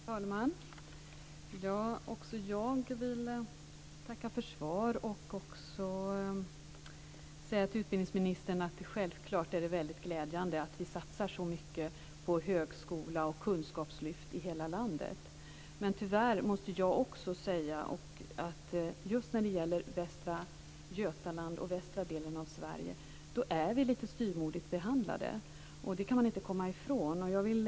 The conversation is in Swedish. Fru talman! Också jag vill tacka för utbildningsministerns svar. Självklart är det väldigt glädjande att vi satsar så mycket på högskola och kunskapslyft i hela landet. Tyvärr måste också jag säga att just vi i Västra Götaland och västra delen av Sverige är lite styvmoderligt behandlade. Det går inte att komma ifrån att det är så.